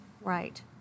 Right